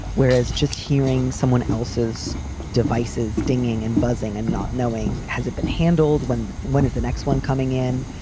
whereas just hearing someone else's devices, dinking and buzzing and not knowing, has it been handled when when is the next one coming in?